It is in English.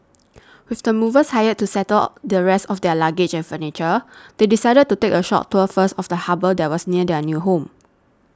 with the movers hired to settle the rest of their luggage and furniture they decided to take a short tour first of the harbour that was near their new home